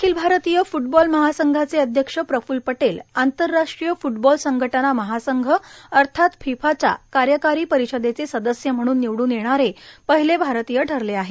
अखिल भारतीय फ्टबॉल महासंघाचे अध्यख प्रफ्ल पटेल आंतरराष्ट्रीय फ्टबॉल संघटना महासंघ अर्थात फिफाच्या कार्यकारी परिषदेचे सदस्य म्हणून निवडून येणारे पहिले भारतीय ठरले आहे